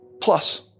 Plus